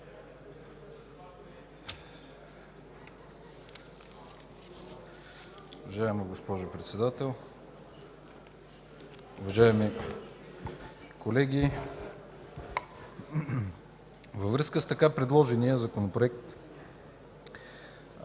Във връзка с така предложения Законопроект.